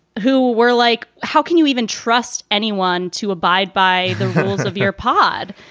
who were like, how can you even trust anyone to abide by the rules of your pod?